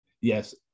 Yes